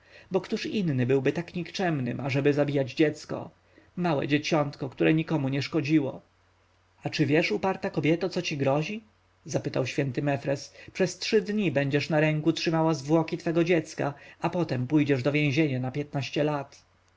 bo któż inny byłby tak nikczemnym ażeby zabijać dziecko małe dzieciątko które nikomu nie szkodziło a czy wiesz uparta kobieto co ci grozi zapytał święty mefres przez trzy dni będziesz na ręku trzymała zwłoki twego dziecka a potem pójdziesz do więzienia na piętnaście lat